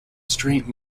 straight